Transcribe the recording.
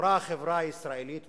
עברה החברה הישראלית,